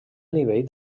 nivell